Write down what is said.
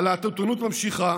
הלהטוטנות ממשיכה,